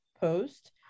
post